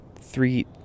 three